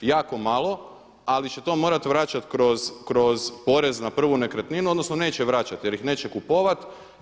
Jako malo, ali će to morati vraćati kroz porez na prvu nekretninu odnosno neće vraćati jer ih neće kupovati.